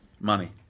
Money